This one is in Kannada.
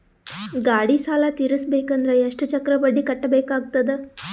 ಗಾಡಿ ಸಾಲ ತಿರಸಬೇಕಂದರ ಎಷ್ಟ ಚಕ್ರ ಬಡ್ಡಿ ಕಟ್ಟಬೇಕಾಗತದ?